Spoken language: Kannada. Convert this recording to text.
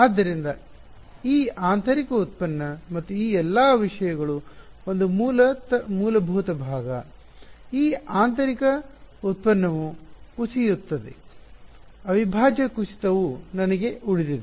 ಆದ್ದರಿಂದ ಈ ಆಂತರಿಕ ಉತ್ಪನ್ನ ಮತ್ತು ಈ ಎಲ್ಲಾ ವಿಷಯಗಳು ಒಂದು ಮೂಲಭೂತ ಭಾಗ ಈ ಆಂತರಿಕ ಉತ್ಪನ್ನವು ಕುಸಿಯುತ್ತದೆ ಅವಿಭಾಜ್ಯ ಕುಸಿತವು ನನಗೆ ಉಳಿದಿದೆ